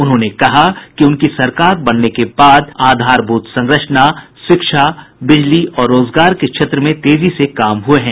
उन्होंने कहा कि उनकी सरकार बनने के बाद आधारभूत संरचना शिक्षा बिजली और रोजगार के क्षेत्र में तेजी से काम हुए हैं